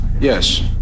Yes